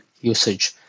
usage